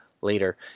later